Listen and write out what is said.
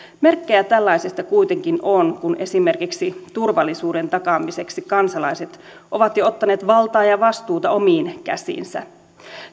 merkkejä tällaisesta kuitenkin on kun esimerkiksi turvallisuuden takaamiseksi kansalaiset ovat jo ottaneet valtaa ja vastuuta omiin käsiinsä